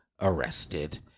arrested